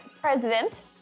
president